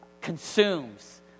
consumes